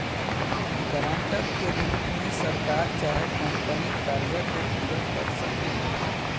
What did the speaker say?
guarantor के रूप में सरकार चाहे कंपनी कर्जा के पूरा कर सकेले